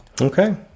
okay